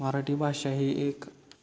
मराठी भाषा ही एक